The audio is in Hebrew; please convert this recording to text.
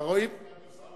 יכול להיות שאף אחד